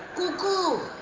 googoo!